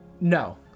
No